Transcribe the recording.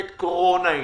עת קורונה היא.